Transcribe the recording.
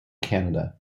canada